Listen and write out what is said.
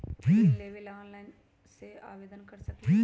ऋण लेवे ला ऑनलाइन से आवेदन कर सकली?